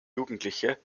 jugendliche